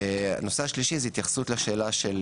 הנושא השלישי זה ההתייחסות לשאלה של